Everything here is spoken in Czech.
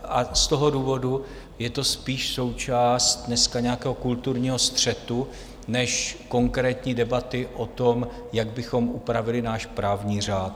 Z toho důvodu je to spíš součást dneska nějakého kulturního střetu než konkrétní debaty o tom, jak bychom upravili náš právní řád.